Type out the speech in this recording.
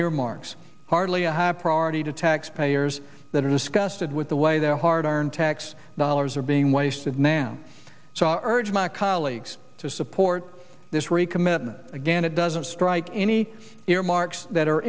earmarks hardly a high priority to taxpayers that are disgusted with the way their hard earned tax dollars are being wasted now so i urge my colleagues to support this recommitment again it doesn't strike any earmarks that are